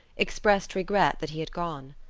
expressed regret that he had gone.